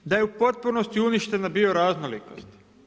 Da je u potpunosti uništena bio raznolikost.